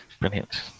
Brilliant